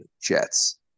Jets